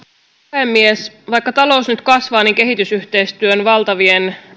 puhemies vaikka talous nyt kasvaa niin kehitysyhteistyön valtavien